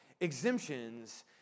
exemptions